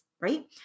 right